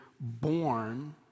born